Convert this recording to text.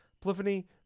Polyphony